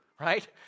right